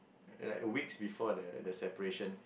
like weeks before the separation